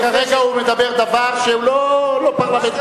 כרגע הוא מדבר דבר שהוא לא לא-פרלמנטרי.